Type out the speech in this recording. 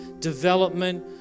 development